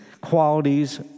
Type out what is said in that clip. qualities